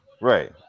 right